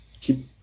Keep